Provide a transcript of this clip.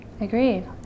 Agreed